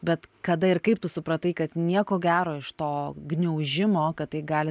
bet kada ir kaip tu supratai kad nieko gero iš to gniaužimo kad tai gali